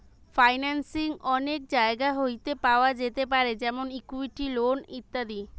financing অনেক জায়গা হইতে পাওয়া যেতে পারে যেমন ইকুইটি, লোন ইত্যাদি